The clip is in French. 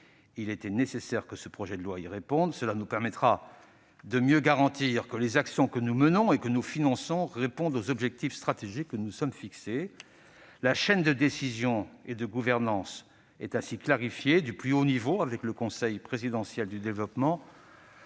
Il était nécessaire que ce projet de loi y réponde : cela nous permettra de mieux garantir que les actions que nous menons et que nous finançons correspondent aux objectifs stratégiques que nous nous sommes fixés. La chaîne de décision et de gouvernance est ainsi clarifiée du plus haut niveau, avec le Conseil présidentiel du développement,